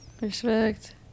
Respect